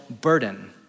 burden